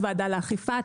תת ועדה לאכיפה,